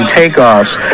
takeoffs